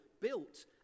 built